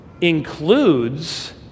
includes